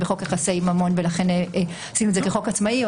בחוק יחסי ממון ולכן עשינו את זה כחוק עצמאי.